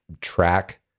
track